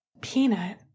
Peanut